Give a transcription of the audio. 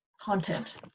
content